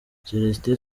celestin